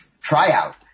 tryout